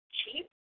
cheap